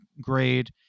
grade